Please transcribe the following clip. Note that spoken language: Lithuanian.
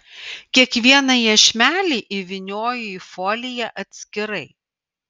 kiekvieną iešmelį įvynioju į foliją atskirai